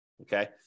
Okay